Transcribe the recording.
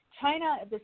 China